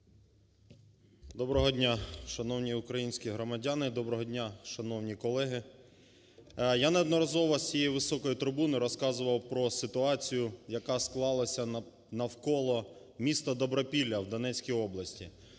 Доброго дня, шановні українські громадяни! Доброго дня, шановні колеги! Я неодноразово з цієї високої трибуни розказував про ситуацію, яка склалася навколо містаДобропілля в Донецькій області,